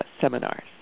seminars